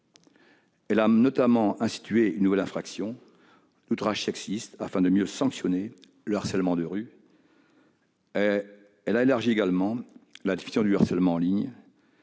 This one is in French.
Elle a notamment institué une nouvelle infraction, l'outrage sexiste, permettant de mieux sanctionner le harcèlement de rue. Elle a également élargi la définition du harcèlement en ligne.